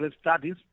studies